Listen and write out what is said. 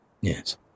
yes